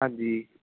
ਹਾਂਜੀ